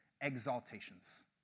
exaltations